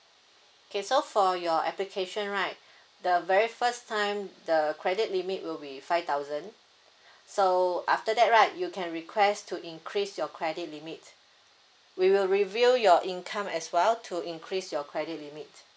okay so for your application right the very first time the credit limit will be five thousand so after that right you can request to increase your credit limit we will review your income as well to increase your credit limit